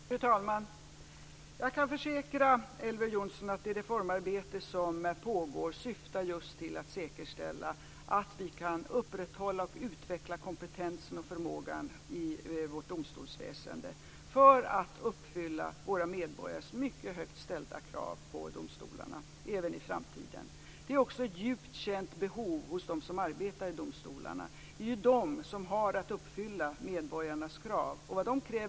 Fru talman! Jag kan försäkra Elver Jonsson att det reformarbete som pågår syftar just till att även i framtiden säkerställa att vi kan upprätthålla och utveckla kompetensen och förmågan i vårt domstolsväsende för att uppfylla våra medborgares mycket högt ställda krav på domstolarna. Det är också ett djupt känt behov hos dem som arbetar i domstolarna. Det är de som har att uppfylla medborgarnas krav.